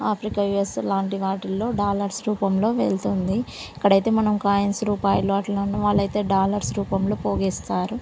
Africa US లాంటి వాటిలో dollars రూపంలో వెళ్తుంది ఇక్కడ అయితే మనం కాయిన్స్ రూపాయలు అట్లా ఉ వాళ్లు అయితే డాలర్స్ రూపంలో పోగేస్తారు